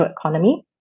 economy